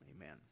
Amen